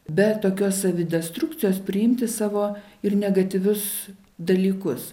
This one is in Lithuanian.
be tokios savidestrukcijos priimti savo ir negatyvius dalykus